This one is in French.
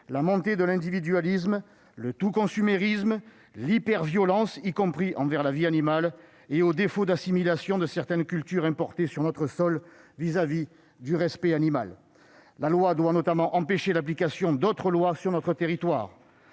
la montée de l'individualisme, le tout-consumérisme, l'hyperviolence, y compris envers la vie animale, et au défaut d'assimilation de certaines cultures importées sur notre sol vis-à-vis du respect animal. La loi doit notamment empêcher l'application d'autres lois sur notre territoire.